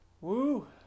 Woo